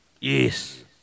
Yes